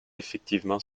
effectivement